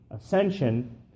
ascension